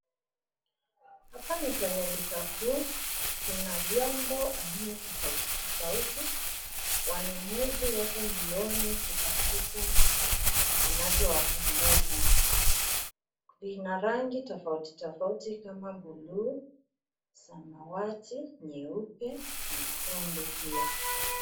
Hapa ni kwenye duka kuu, kuna vyombo aina tofauti tofauti, wanunuzi wako mbioni kutafuta, vinavyowapendeza, vina rangi tofauti tofauti kama buluu, samawati, nyeupe, nyekundu pia.